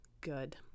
good